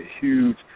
huge